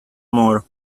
more